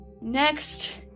Next